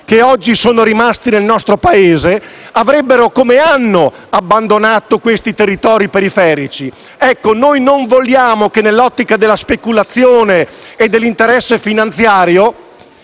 che oggi sono rimasti nel nostro Paese, avrebbero, come hanno fatto, abbandonato i territori periferici. Noi non vogliamo che, nell'ottica della speculazione e dell'interesse finanziario,